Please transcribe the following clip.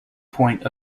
point